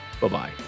Bye-bye